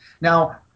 Now